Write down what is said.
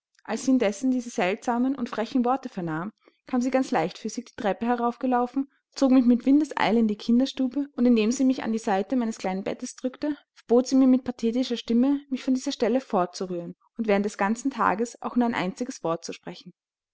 als sie indessen diese seltsamen und frechen worte vernahm kam sie ganz leichtfüßig die treppe herauf gelaufen zog mich mit windeseile in die kinderstube und indem sie mich an die seite meines kleinen bettes drückte verbot sie mir mit pathetischer stimme mich von dieser stelle fortzurühren und während des ganzen tages auch nur noch ein einziges wort zu sprechen